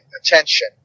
attention